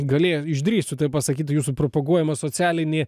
išdrįstu tai pasakyti jūsų propaguojamą socialinį